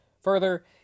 further